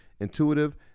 intuitive